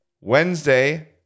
Wednesday